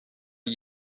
die